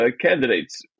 candidates –